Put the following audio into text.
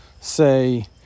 say